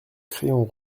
crayon